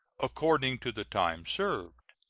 according to the time served.